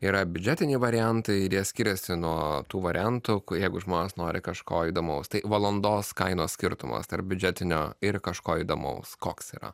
yra biudžetiniai variantai ir jie skiriasi nuo tų variantų jeigu žmonės nori kažko įdomaus tai valandos kainos skirtumas tarp biudžetinio ir kažko įdomaus koks yra